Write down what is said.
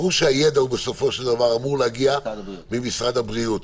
ברור שהידע בסופו של דבר אמור להגיע ממשרד הבריאות,